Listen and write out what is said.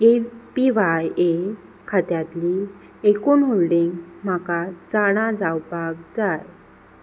ए P Y खात्यांतली एकूण holding म्हाका जाणा जावपाक जाय